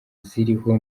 ziriho